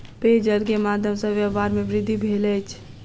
पेयजल के माध्यम सॅ व्यापार में वृद्धि भेल अछि